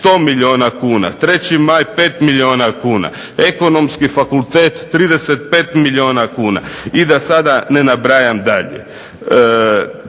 100 milijuna kuna, 3. Maj 5 milijuna kuna, Ekonomski fakultet 35 milijuna kuna, i da sada ne nabrajam dalje.